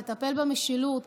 לטפל במשילות,